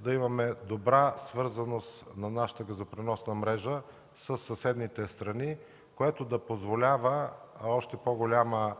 да имаме добра свързаност на нашата газопреносна мрежа със съседните страни, което да позволява още по-голяма